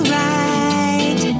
right